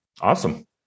Awesome